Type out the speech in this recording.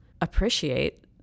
appreciate